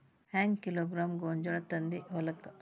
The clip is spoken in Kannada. ಹೆಂಗ್ ಕಿಲೋಗ್ರಾಂ ಗೋಂಜಾಳ ತಂದಿ ಹೊಲಕ್ಕ?